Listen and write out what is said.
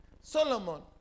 Solomon